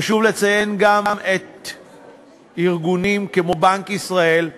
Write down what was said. חשוב לציין כי ארגונים כמו בנק ישראל,